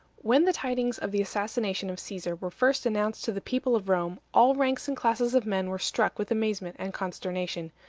when the tidings of the assassination of caesar were first announced to the people of rome, all ranks and classes of men were struck with amazement and consternation.